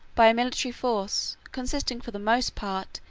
by a military force, consisting, for the most part,